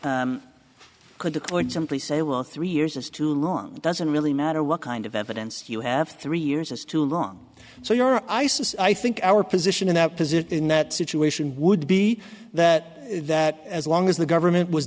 could the court simply say well three years is too long doesn't really matter what kind of evidence you have three years is too long so you're isis i think our position in that position in that situation would be that that as long as the government was